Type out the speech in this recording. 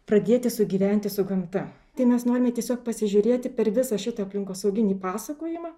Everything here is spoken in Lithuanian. pradėti sugyventi su gamta tai mes norime tiesiog pasižiūrėti per visą šitą aplinkosauginį pasakojimą